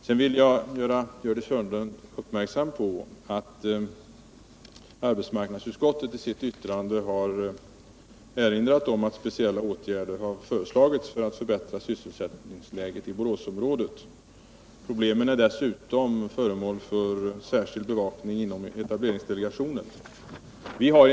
Sedan vill jag göra Gördis Hörnlund uppmärksam på att arbetsmarknadsutskottet i sitt yttrande har erinrat om att speciella åtgärder har föreslagits för att förbättra sysselsättningsläget i Boråstrakten. Problemen är dessutom föremål för särskild bevakning inom etableringsdelegationen.